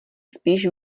spíš